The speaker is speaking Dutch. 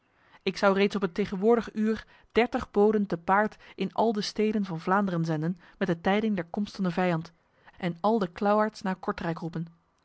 ik zou reeds op het tegenwoordig uur dertig boden te paard in al de steden van vlaanderen zenden met de tijding der komst van de vijand en al de klauwaards naar kortrijk roepen